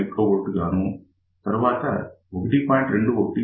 1 μV గాను తరువాత 1